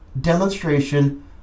demonstration